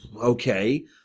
okay